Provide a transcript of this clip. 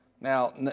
Now